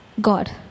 God